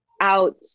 out